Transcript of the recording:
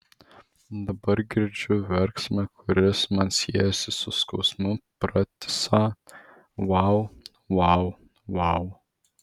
dabar girdžiu verksmą kuris man siejasi su skausmu pratisą vau vau vau